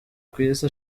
kw’isi